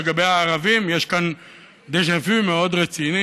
לגבי הערבים יש כאן דז'ה וו מאוד רציני.